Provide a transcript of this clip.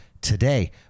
today